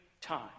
time